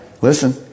listen